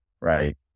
right